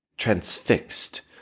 transfixed